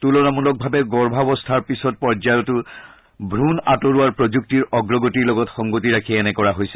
তুলনামূলকভাৱে গৰ্ভাৱস্থাৰ পিছৰ পৰ্যায়তো ধ্ৰণ আঁতৰোৱাৰ প্ৰযুক্তিৰ অগ্ৰগতিৰ লগত সংগতি ৰাখি এনে কৰা হৈছে